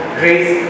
grace